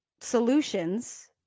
solutions